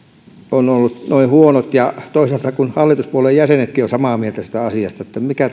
ovat olleet noin huonot ja kun toisaalta hallituspuolueen jäsenetkin ovat samaa mieltä siitä asiasta eli mikä